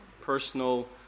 personal